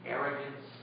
arrogance